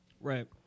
Right